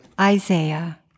Isaiah